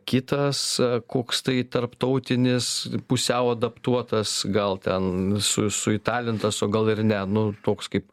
kitas koks tai tarptautinis pusiau adaptuotas gal ten su suitalintas o gal ir ne nu toks kaip